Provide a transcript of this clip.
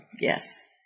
Yes